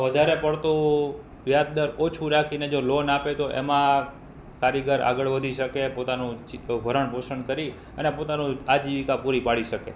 વધારે પડતું વ્યાજદર ઓછું રાખીને જો લોન આપે તો એમાં કારીગર આગળ વધી શકે પોતાનું ભરણ પોષણ કરી અને પોતાનું આજીવિકા પૂરી પાડી શકે